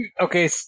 Okay